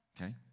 Okay